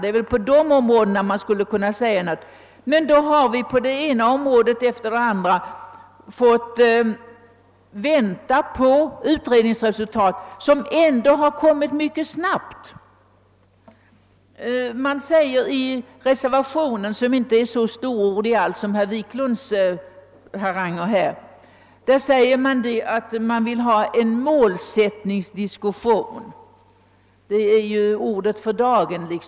Men vi har ju på det ena området efter det andra varit tvungna att vänta på resultaten av pågående utredningar — som ändå har arbetat mycket snabbt. Reservationen, som inte alls är lika storordig som hrr Wiklunds haranger, talar bara om att man vill ha en målsättningsdiskussion. Målsättningsdebatt är ju ordet för dagen.